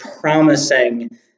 promising